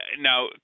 now